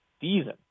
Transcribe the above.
season